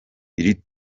iri